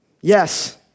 yes